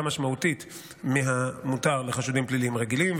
משמעותית מהמותר לחשודים פליליים רגילים,